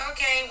Okay